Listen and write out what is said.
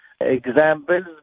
examples